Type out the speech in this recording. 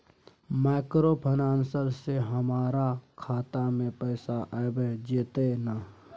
Microfinance से हमारा खाता में पैसा आबय जेतै न?